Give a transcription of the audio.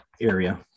area